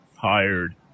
tired